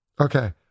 Okay